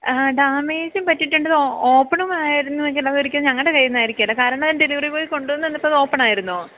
ആ ഡാമേജും പറ്റിയിട്ടുണ്ട് അത് ഓപ്പണുമായിരുന്നുവെങ്കില് അതൊരിക്കലും ഞങ്ങളുടെ കയ്യില് നിന്നായിരിക്കുകയില്ല കാരണം ഡെലിവറി ബോയ് കൊണ്ടുവന്നു തന്നപ്പോള് അത് ഓപ്പൺ ആയിരുന്നുവോ